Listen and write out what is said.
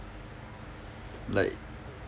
like